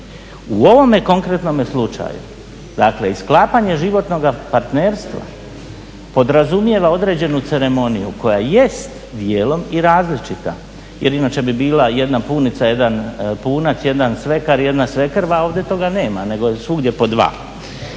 U ovome konkretnom slučaju dakle i sklapanje životnog partnerstva podrazumijeva određenu ceremoniju koja jest dijelom i različita jer inače bi bila jedna punica, jedan punac, jedan svekar i jedna svekrva, a ovdje toga nema nego je svugdje po dva.